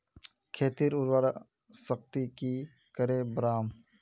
खेतीर उर्वरा शक्ति की करे बढ़ाम?